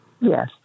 Yes